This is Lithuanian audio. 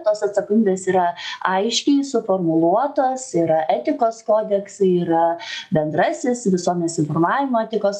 tos atsakomybės yra aiškiai suformuluotos yra etikos kodeksai yra bendrasis visuomenės informavimo etikos